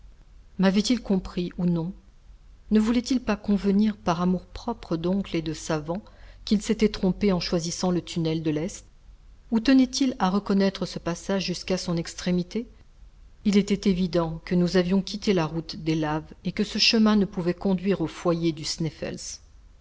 mavait il compris ou non ne voulait-il pas convenir par amour-propre d'oncle et de savant qu'il s'était trompé en choisissant le tunnel de l'est ou tenait-il à reconnaître ce passage jusqu'à son extrémité il était évident que nous avions quitté la route des laves et que ce chemin ne pouvait conduire au foyer du sneffels